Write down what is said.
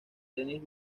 denis